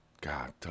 God